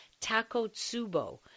Takotsubo